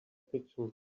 fiction